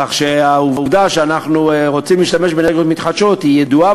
כך שהעובדה שאנחנו רוצים להשתמש באנרגיות מתחדשות היא ידועה,